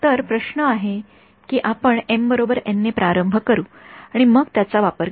तर प्रश्न असा आहे की आपण एम बरोबर एन ने प्रारंभ करू आणि मग त्याचा वापर करू